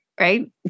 right